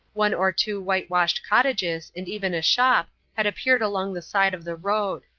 one or two whitewashed cottages and even a shop had appeared along the side of the road.